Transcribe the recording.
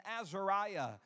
Azariah